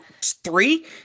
Three